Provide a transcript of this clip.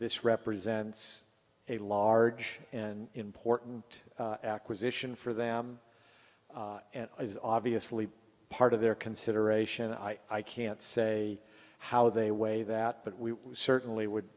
this represents a large and important acquisition for them is obviously part of their consideration i can't say how they weigh that but we certainly would